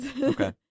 Okay